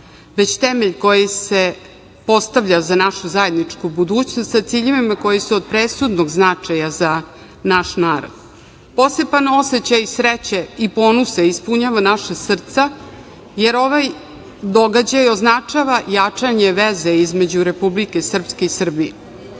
već temelj koji se postavlja za našu zajedničku budućnost sa ciljevima koji su od presudnog značaja za naš narod. Poseban osećaj sreće i ponosa ispunjava naša srca jer ovaj događaj označava jačanje veze između Republike Srpske i Srbije. Naš